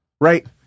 right